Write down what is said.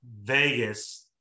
Vegas